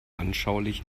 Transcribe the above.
anschaulich